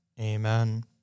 Amen